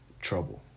trouble